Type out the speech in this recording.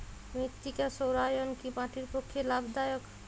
মৃত্তিকা সৌরায়ন কি মাটির পক্ষে লাভদায়ক?